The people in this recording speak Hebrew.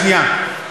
שנייה.